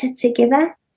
together